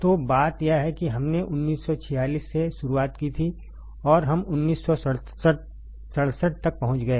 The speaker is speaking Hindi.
तो बात यह है कि हमने 1946 से शुरुआत की थी और हम 1967 तक पहुँच गए